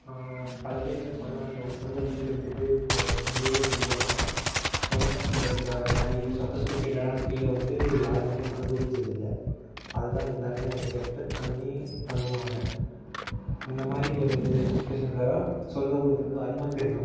பல பேர் சொந்த நாடு சொந்த வீட்டை விட்டுட்டு நெடுந்தூரம் செல்றவங்கலாம் சொந்த நாட்டிலருக்கமாரி சொஃபஸ்டிக்கேட்டடான ஃபீலலை வந்து யாரும் அனுபவித்ததில்ல அதுதான் எல்லோருமே எக்ஸ்பெக்ட் பண்ணி பண்ணுவாங்க இந்தமாதிரி ஒரு சுச்சுவேஷனில் தான் சொந்த ஊர் வந்து அருமை தெரியும்